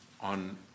on